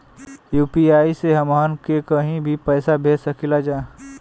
UPI से हमहन के कहीं भी पैसा भेज सकीला जा?